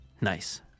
nice